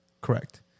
Correct